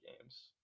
games